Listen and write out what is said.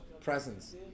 presence